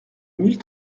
mille